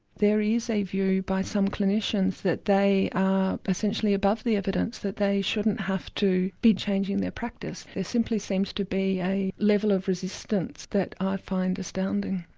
there is a view by some clinicians that they are essentially above the evidence, that they shouldn't have to be changing their practice. there simply seems to be a level of resistance that i find astounding.